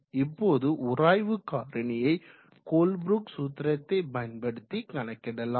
இப்போது உராய்வு காரணியை கோல்ப்ரூக் சூத்திரத்தை பயன்படுத்தி கணக்கிடலாம்